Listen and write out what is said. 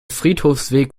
friedhofsweg